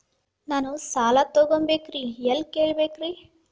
ನಾನು ಸಾಲ ತೊಗೋಬೇಕ್ರಿ ಎಲ್ಲ ಕೇಳಬೇಕ್ರಿ?